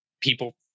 people